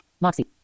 Moxie